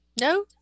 no